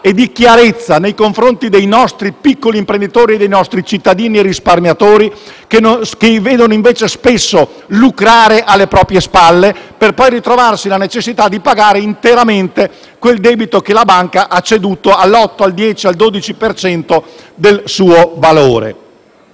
e di chiarezza nei confronti dei nostri piccoli imprenditori e dei nostri cittadini risparmiatori, che vedono invece spesso lucrare alle proprie spalle, per poi ritrovarsi la necessità di pagare interamente quel debito che la banca ha ceduto all'8, al 10, al 12 per cento del suo valore.